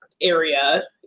area